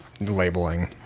labeling